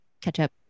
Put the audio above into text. catch-up